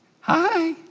Hi